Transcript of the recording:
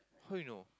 how you know